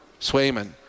Swayman